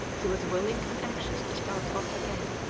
he was willing and anxious to start off again.